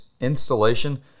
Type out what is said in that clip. installation